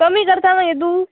कमी करता मे तूं